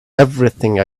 everything